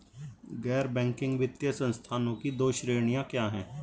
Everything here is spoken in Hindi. गैर बैंकिंग वित्तीय संस्थानों की दो श्रेणियाँ क्या हैं?